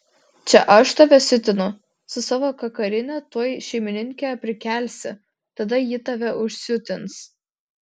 čia aš tave siutinu su savo kakarine tuoj šeimininkę prikelsi tada ji tave užsiutins